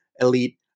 elite